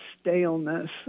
staleness